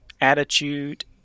attitude